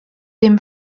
dem